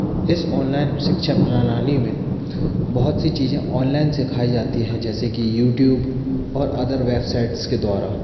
इस ओनलाइन शिक्षा प्रणाली में बहुत सी चीज़ें ओनलाइन सिखाई जाती है जैसे कि यूट्यूब और अदर वेबसाइट्स के द्वारा